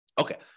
Okay